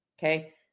Okay